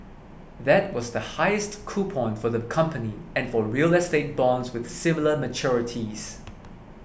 that was the highest coupon for the company and for real estate bonds with similar maturities